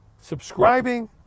subscribing